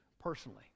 Personally